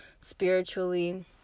spiritually